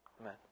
Amen